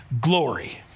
glory